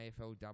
AFLW